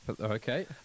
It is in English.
Okay